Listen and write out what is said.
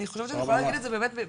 אני חושבת שאני יכולה להגיד את זה באמת,